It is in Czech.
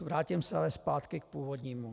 Vrátím se ale zpátky k původnímu.